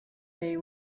they